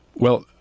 well,